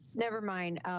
nevermind.